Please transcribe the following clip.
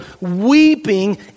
weeping